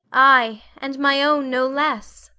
aye, and my own no less.